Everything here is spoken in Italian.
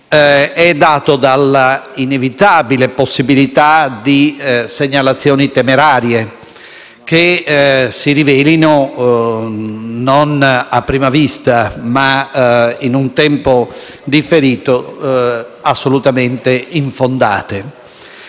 è dato dall'inevitabile possibilità di segnalazioni temerarie che si rivelino, non a prima vista, ma in un tempo differito, assolutamente infondate.